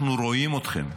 אנחנו רואים אתכם,